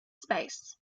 space